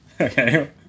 Okay